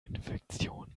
infektion